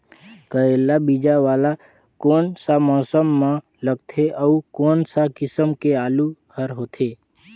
करेला बीजा वाला कोन सा मौसम म लगथे अउ कोन सा किसम के आलू हर होथे?